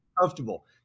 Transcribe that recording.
comfortable